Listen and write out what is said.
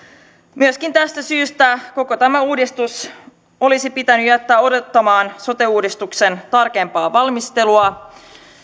myöskin tästä syystä koko tämä uudistus olisi pitänyt jättää odottamaan sote uudistuksen tarkempaa valmistelua